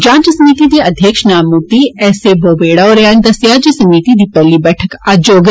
जांच समिति दे अध्यक्ष न्यायमूर्ती एस ए बोबड़े होरें दस्सेया जे समिति दी पैहली बैठक अज्ज होग